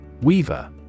Weaver